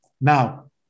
Now